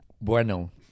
Bueno